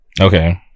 Okay